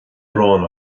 aráin